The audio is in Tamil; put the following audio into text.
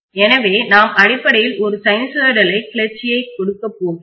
எனவே நாம் அடிப்படையில் ஒரு சைனூசாய்டல் கிளர்ச்சியைக் கொடுக்கப் போகிறோம்